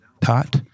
taught